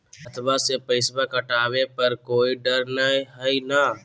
खतबा से पैसबा कटाबे पर कोइ डर नय हय ना?